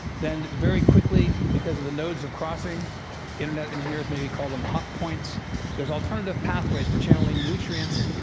then very quickly, because of the nodes of crossing internet engineers maybe call them hot points there are alternative pathways for channeling nutrients